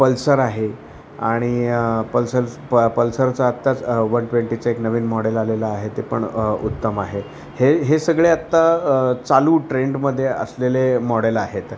Pulsar आहे आणि Pulsar प पल्सरचं आत्ताच वन ट्वेंटीचं एक नवीन मॉडेल आलेलं आहे ते पण उत्तम आहे हे हे सगळे आत्ता चालू ट्रेंडमध्ये असलेले मॉडेल आहेत